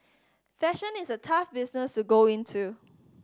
fashion is a tough business to go into